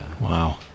wow